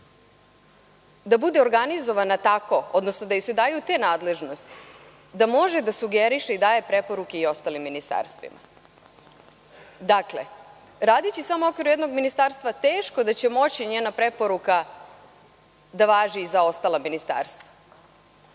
da bude organizovana tako, odnosno da joj se daju te nadležnosti da može da sugeriše i daje preporuke i ostalim ministarstvima. Dakle, radeći samo u okviru jednog ministarstva, teško da će moći njena preporuka da važi i za ostala ministarstva. Znači,